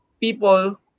people